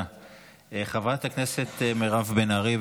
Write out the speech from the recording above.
חברת הכנסת מירב בן ארי,